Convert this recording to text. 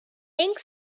ink